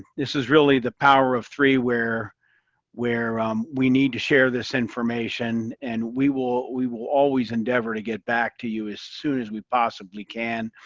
this is really the power of three where where um we need to share this information, and we will we will always endeavor to get back to you as soon as we possibly can